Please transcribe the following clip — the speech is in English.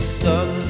sun